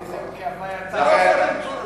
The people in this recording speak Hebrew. כהווייתם.